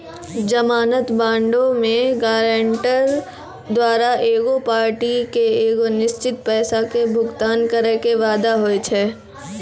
जमानत बांडो मे गायरंटर द्वारा एगो पार्टी के एगो निश्चित पैसा के भुगतान करै के वादा होय छै